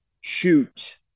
shoot